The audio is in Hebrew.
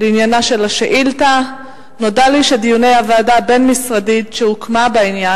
לעניינה של השאילתא נודע לי שדיוני הוועדה הבין-משרדית שהוקמה בעניין,